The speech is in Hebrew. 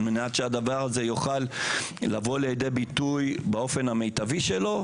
על מנת שהדבר הזה יוכל לבוא לידי ביטוי באופן המיטבי שלו,